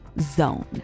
zone